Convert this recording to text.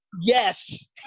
Yes